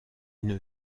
une